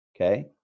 okay